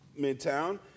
Midtown